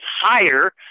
higher